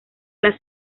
las